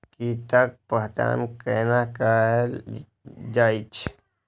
कीटक पहचान कैना कायल जैछ?